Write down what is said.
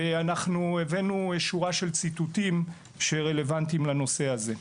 ואנחנו הבאנו שורה של ציטוטים שרלבנטיים לנושא הזה.